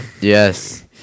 Yes